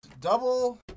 Double